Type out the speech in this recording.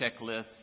checklists